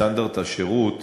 וסטנדרט השירות